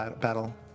battle